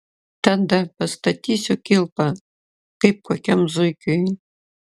tada pastatysiu kilpą kaip kokiam zuikiui